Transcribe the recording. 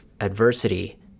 adversity